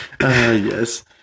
Yes